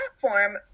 platform